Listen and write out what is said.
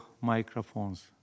microphones